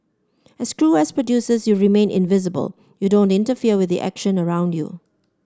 as crew as producers you remain invisible you don't interfere with the action around you